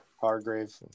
Hargrave